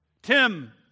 Tim